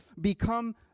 become